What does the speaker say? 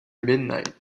midnight